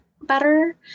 better